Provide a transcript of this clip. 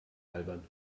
albern